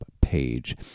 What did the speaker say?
page